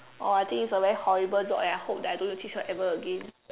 oh I think it's a very horrible job and I hope that I don't have to teach her ever again